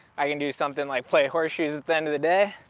i can do something like play horseshoes at the end of the day.